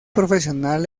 profesional